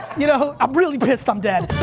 you know i'm really pissed i'm dead.